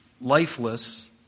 lifeless